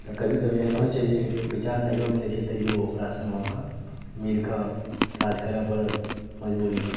तऽ कभी कभी एहन होइत छै जे विचार नहिओ मिलैत छै तैओ ओकरा सङ्गे अहाँकेँ मिलिके काज करय पड़ल मजबूरीमे